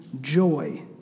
joy